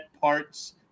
parts